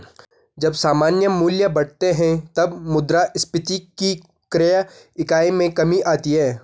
जब सामान्य मूल्य बढ़ते हैं, तब मुद्रास्फीति की क्रय इकाई में कमी आती है